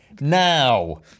now